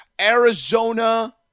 Arizona